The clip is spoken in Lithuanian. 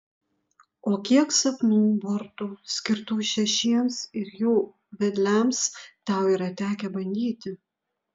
o kiek sapnų burtų skirtų šešiems ir jų vedliams tau yra tekę bandyti